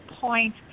point